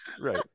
Right